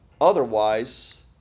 Otherwise